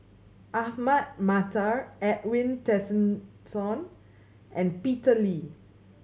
Ahmad Mattar Edwin Tessensohn and Peter Lee